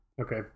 Okay